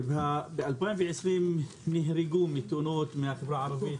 ב-2020 נהרגו בתאונות מהחברה הערבית,